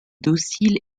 docile